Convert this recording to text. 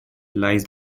lies